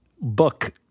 Book